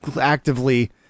actively